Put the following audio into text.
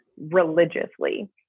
religiously